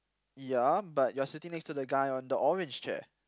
ya but you are sitting next to the guy on the orange chair